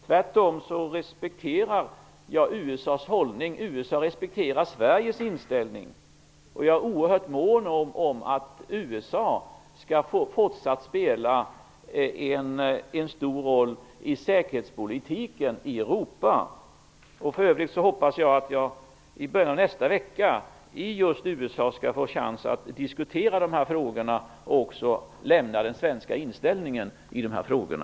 Tvärtom respekterar jag USA:s hållning, och USA respekterar Sveriges inställning. Jag är oerhört mån om att USA fortsatt skall spela en stor roll i säkerhetspolitiken i Europa. För övrigt hoppas jag att jag i början av nästa vecka i just USA skall få en chans att diskutera de här frågorna och också lämna information om den svenska inställningen i de här frågorna.